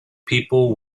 people